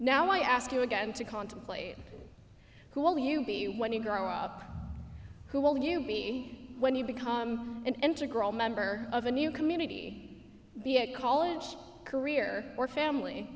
now i ask you again to contemplate who will you be when you grow up who will you be when you become an integral member of a new community college career or family